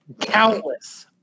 Countless